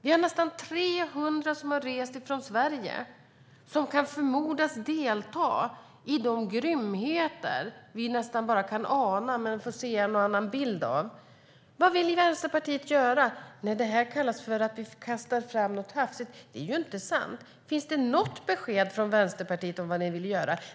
Det är nästan 300 personer som har rest från Sverige och som kan förmodas delta i grymheter som vi nästan bara kan ana. Vad vill Vänsterpartiet göra? Ni kallar det för att vi kastar fram ett hafsigt förslag, men det är ju inte sant. Finns det något besked från Vänsterpartiet om vad ni vill göra?